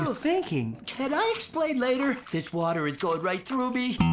thinking? can i explain later? this water is going right through me.